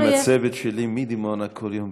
אני בא עם הצוות שלי מדימונה כל יום,